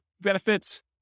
benefits